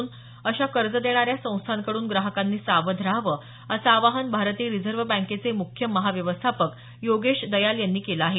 तेव्हा अशा कर्ज देणाऱ्या संस्थांकडून ग्राहकांनी सावध राहावं असं आवाहन भारतीय रिझर्व्ह बँकेचे मुख्य महाव्यवस्थापक योगेश दयाल यांनी केलं आहे